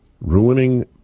Ruining